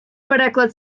переклад